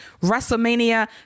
Wrestlemania